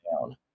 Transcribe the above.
down